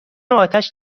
آتش